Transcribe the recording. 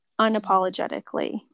unapologetically